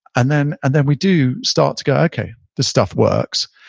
and then and then we do start to go, okay, this stuff works.